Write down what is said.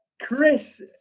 Chris